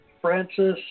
Francis